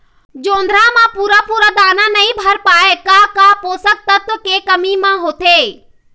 जोंधरा म पूरा पूरा दाना नई भर पाए का का पोषक तत्व के कमी मे होथे?